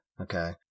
Okay